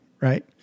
Right